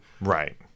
right